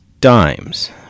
dimes